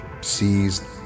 sees